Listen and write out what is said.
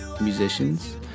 musicians